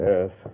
Yes